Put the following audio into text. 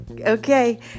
Okay